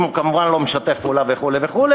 כמובן אם הוא לא משתף פעולה וכו' וכו',